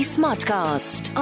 Smartcast